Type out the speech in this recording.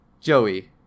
Joey